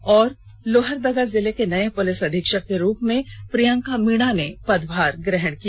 और लोहरदगा जिले के नये पुलिस अधीक्षक के रूप में प्रियंका मीणा ने पदभार ग्रहण किया